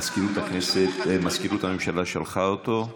מזכירות הממשלה שלחה אותו.